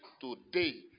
today